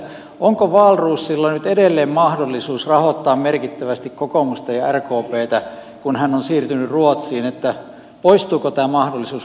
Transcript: onko wahlroosilla nyt edelleen mahdollisuus rahoittaa merkittävästi kokoomusta ja rkptä kun hän on siirtynyt ruotsiin poistuuko tämä mahdollisuus vai ei